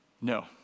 no